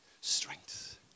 strength